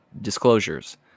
Disclosures